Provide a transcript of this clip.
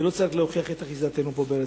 ולא צריך להוכיח את אחיזתנו פה בארץ-ישראל.